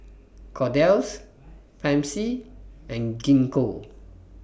Kordel's Pansy and Gingko